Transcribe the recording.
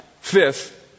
fifth